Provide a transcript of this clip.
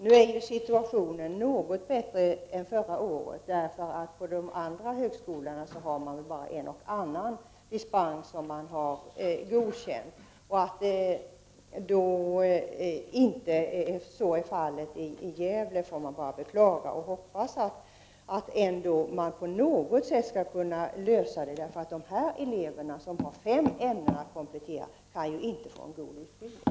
Nu är situationen något bättre än förra året, eftersom man på de andra högskolorna bara har godkänt en och annan dispens. Att inte så är fallet i Gävle kan jag bara beklaga. Jag hoppas att man ändå på något sätt skall kunna lösa problemet, eftersom de elever som nu har fem ämnen att komplettera ju inte kan få en god utbildning.